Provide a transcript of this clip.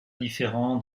différents